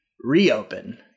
reopen